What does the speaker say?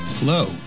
Hello